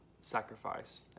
sacrifice